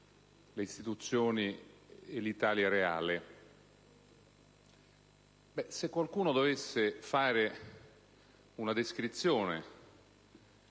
le istituzioni e l'Italia reale.